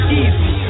easy